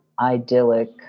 idyllic